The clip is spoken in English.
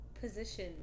position